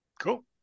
Cool